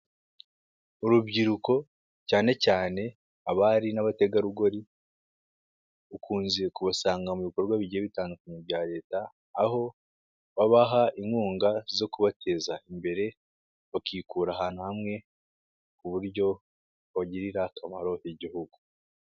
Urubyiruko cyane cyane abari n'abategarugori, ukunze kubasanga mu bikorwa bigiye bitandukanye bya Leta, aho babaha inkunga zo kubateza imbere bakikura ahantu hamwe ku buryo bagirira akamaro igihugu.